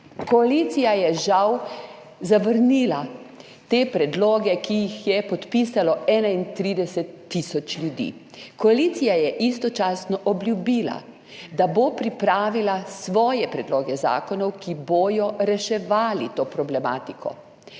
Koalicija je žal zavrnila te predloge, ki jih je podpisalo 31 tisoč ljudi. Koalicija je istočasno obljubila, da bo pripravila svoje predloge zakonov, ki bodo reševali to problematiko.